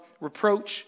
reproach